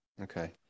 Okay